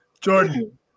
Jordan